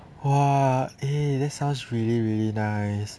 !wah! eh that sounds really really nice